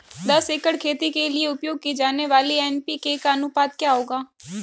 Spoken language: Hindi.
दस एकड़ खेती के लिए उपयोग की जाने वाली एन.पी.के का अनुपात क्या होगा?